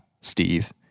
Steve